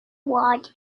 ward